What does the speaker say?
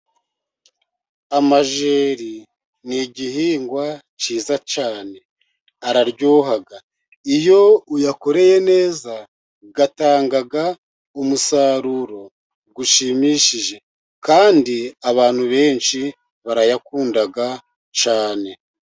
Amajeri ni igihingwa cyiza cyane araryoha. Iyo uyakoreye neza, atanga umusaruro ushimishije kandi abantu benshi barayakunda cyane.